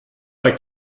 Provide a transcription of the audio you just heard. bei